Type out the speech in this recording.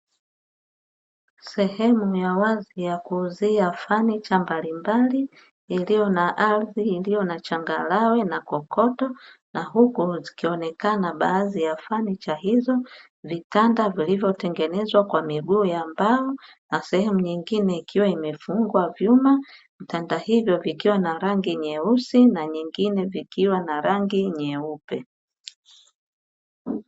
Sehemu ya wazi ya kuuzia fanicha mbalimbali iliyo na ardhi iliyo na changarawe na kokoto na huku zikionekana baadhi ya fanicha hizo, vitanda vilivyo tengenezwa kwa miguu ya mbao na sehemu nyingine ikiwa imefungwa vyuma. Vitanda hivyo vikiwa na rangi nyeusi na vingine vikiwa na rangi nyeupe.